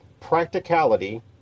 Practicality